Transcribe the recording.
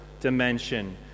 dimension